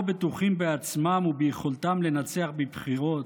בטוחים בעצמם וביכולתם לנצח בבחירות,